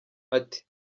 ati